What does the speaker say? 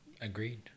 agreed